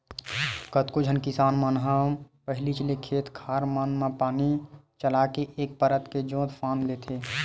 कतको झन किसान मन ह पहिलीच ले खेत खार मन म पानी चलाके एक परत के जोंत फांद लेथे